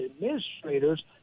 administrators